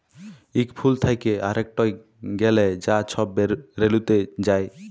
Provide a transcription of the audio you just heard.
ইক ফুল থ্যাকে আরেকটয় গ্যালে যা ছব রেলুতে যায়